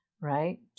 right